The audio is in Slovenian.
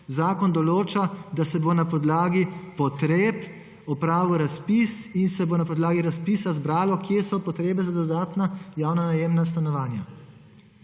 Zakon določa, da se bo na podlagi potreb opravil razpis in se bo na podlagi razpisa izbralo, kje so potrebe za dodatna javna najemna stanovanja.